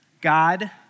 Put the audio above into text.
God